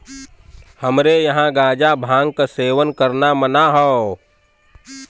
हमरे यहां गांजा भांग क सेवन करना मना हौ